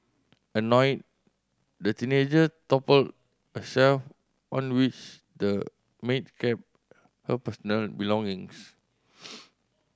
annoyed the teenager toppled a shelf on which the maid kept her personal belongings